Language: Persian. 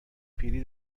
پیری